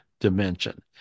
dimension